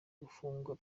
gufungwa